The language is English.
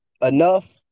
enough